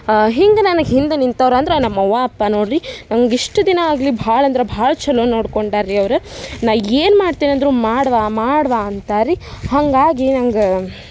ಹಿಂಗೆ ನನಗೆ ಹಿಂದೆ ನಿಂತವ್ರು ಅಂದ್ರೆ ನಮ್ಮ ಅವ್ವ ಅಪ್ಪ ನೋಡಿರಿ ನಂಗೆ ಇಷ್ಟು ದಿನ ಆಗಲಿ ಭಾಳ ಅಂದ್ರೆ ಭಾಳ ಛಲೊ ನೋಡ್ಕೊಂಡಾರೆ ರೀ ಅವ್ರು ನಾ ಈಗ ಏನು ಮಾಡ್ತೇನಂದರೂ ಮಾಡವ್ವ ಮಾಡವ್ವ ಅಂತಾರ್ರಿ ಹಾಗಾಗಿ ನಂಗೆ